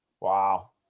wow